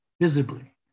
visibly